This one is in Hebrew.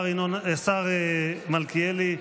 השר מלכיאלי,